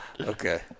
Okay